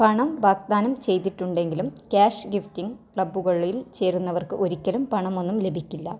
പണം വാഗ്ദാനം ചെയ്തിട്ടുണ്ടെങ്കിലും ക്യാഷ് ഗിഫ്റ്റിംഗ് ക്ലബ്ബുകളിൽ ചേരുന്നവർക്ക് ഒരിക്കലും പണമൊന്നും ലഭിക്കില്ല